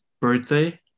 birthday